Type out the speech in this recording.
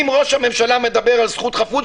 ראש הממשלה מדבר על זכות חפות,